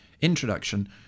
introduction